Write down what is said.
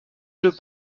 jeux